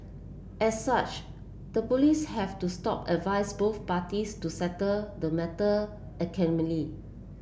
as such the police have to stop advised both parties to settle the matter